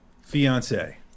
fiance